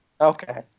okay